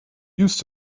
used